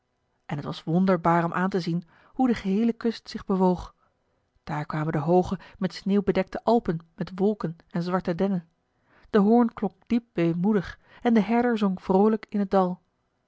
en het was wonderbaar om aan te zien hoe de geheele kust zich bewoog daar kwamen de hooge met sneeuw bedekte alpen met wolken en zwarte dennen de hoorn klonk diep weemoedig en de herder zong vroolijk in het dal